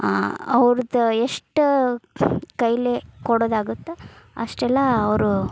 ಅವ್ರ್ದು ಎಷ್ಟು ಕೈಲಿ ಕೊಡೋದಾಗುತ್ತೆ ಅಷ್ಟೆಲ್ಲ ಅವರು